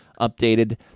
updated